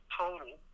total